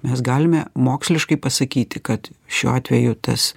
mes galime moksliškai pasakyti kad šiuo atveju tas